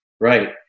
right